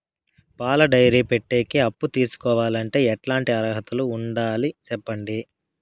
పాల డైరీ పెట్టేకి అప్పు తీసుకోవాలంటే ఎట్లాంటి అర్హతలు ఉండాలి సెప్పండి?